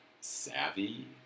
savvy